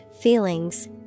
feelings